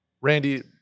Randy